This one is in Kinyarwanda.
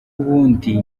ubundi